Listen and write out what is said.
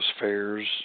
fairs